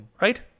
Right